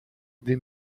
gdy